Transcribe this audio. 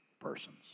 persons